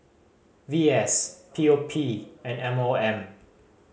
V S P O P and M O M